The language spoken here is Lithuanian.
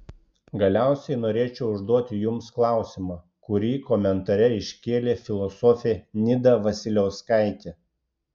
galiausiai norėčiau užduoti jums klausimą kurį komentare iškėlė filosofė nida vasiliauskaitė